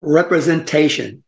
Representation